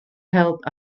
help